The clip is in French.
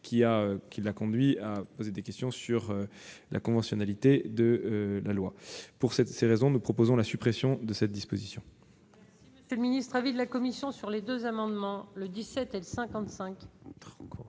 qui l'a conduite à poser des questions sur la conventionnalité de la loi. Pour ces raisons, nous proposons la suppression de cette disposition.